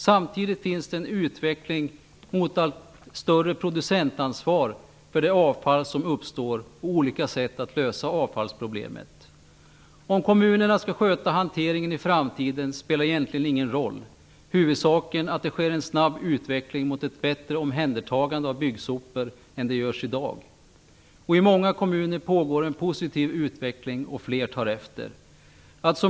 Samtidigt finns det en utveckling mot ett allt större producentansvar för det avfall som uppstår och olika sätt att lösa avfallsproblemet. Huruvida det är kommunerna som skall sköta hanteringen i framtiden eller inte spelar egentligen ingen roll. Huvudsaken är att det sker en snabb utveckling mot ett bättre omhändertagande av byggsopor än det görs i dag. I många kommuner pågår en positiv utveckling och fler tar efter.